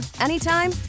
anytime